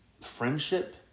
friendship